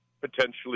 potentially